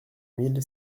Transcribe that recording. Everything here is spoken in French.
mille